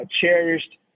cherished –